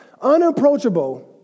unapproachable